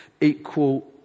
equal